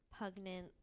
pugnant